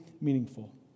meaningful